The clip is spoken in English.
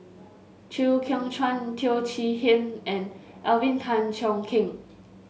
Chew Kheng Chuan Teo Chee Hean and Alvin Tan Cheong Kheng